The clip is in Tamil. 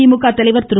திமுக தலைவர் திரு